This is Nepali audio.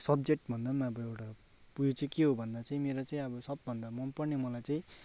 सब्जेक्ट भन्दा पनि अब एउटा उयो चाहिँ के हो भन्दा चाहिँ मेरो चाहिँ अब सबभन्दा मनपर्ने मलाई चाहिँ